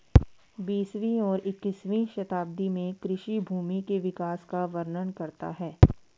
बीसवीं और इक्कीसवीं शताब्दी में कृषि भूमि के विकास का वर्णन करता है